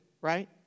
Right